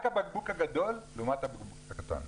רק הבקבוק הגדול לעומת הבקבוק הקטן.